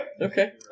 Okay